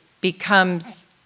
becomes